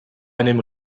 einem